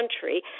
country